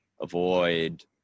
avoid